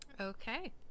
Okay